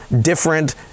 different